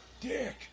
dick